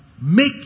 make